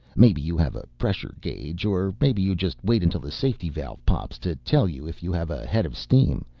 maybe you have a pressure gauge, or maybe you just wait until the safety valve pops to tell you if you have a head of steam.